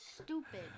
stupid